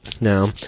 now